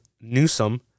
Newsom